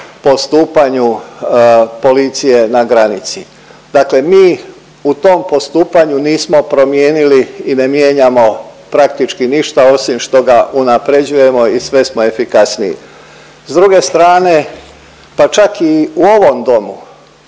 postupanju policije na granici. Dakle, mi u tom postupanju nismo promijenili i ne mijenjamo praktički ništa osim što ga unapređujemo i sve smo efikasniji. S druge strane, pa čak i u ovom domu